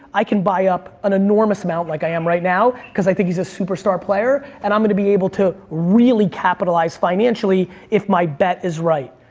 i can buy up an enormous amount like i am right now cause i think he's a superstar player and i'm gonna be able to really capitalize financially if my bet is right.